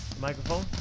Microphone